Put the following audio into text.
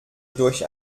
durch